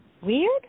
weird